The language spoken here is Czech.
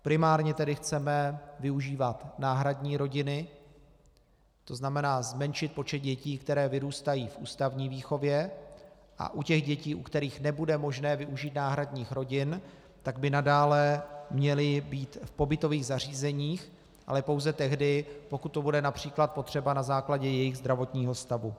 Primárně tedy chceme využívat náhradní rodiny, to znamená zmenšit počet dětí, které vyrůstají v ústavní výchově, a u těch dětí, u kterých nebude možné využít náhradních rodin, tak by nadále měly být v pobytových zařízeních, ale pouze tehdy, pokud to bude například potřeba na základě jejich zdravotního stavu.